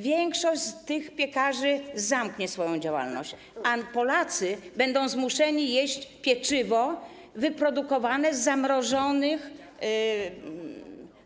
Większość z tych piekarzy zamknie swoją działalność, a Polacy będą zmuszeni jeść pieczywo wyprodukowane z zamrożonych